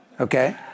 Okay